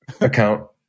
account